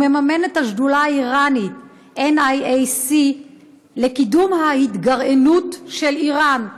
הוא מממן את השדולה האיראנית NIAC לקידום ההתגרענות של איראן,